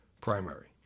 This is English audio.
primary